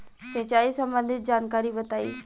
सिंचाई संबंधित जानकारी बताई?